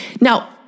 Now